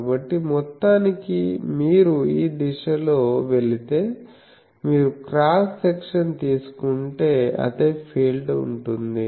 కాబట్టి మొత్తానికి మీరు ఈ దిశలో వెళితే మీరు క్రాస్ సెక్షన్ తీసుకుంటే అదే ఫీల్డ్ ఉంటుంది